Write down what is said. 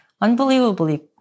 unbelievably